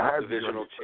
divisional